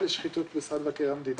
במשרד מבקר המדינה,